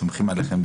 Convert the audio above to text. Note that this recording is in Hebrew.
סומכים עליכם,